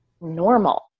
normal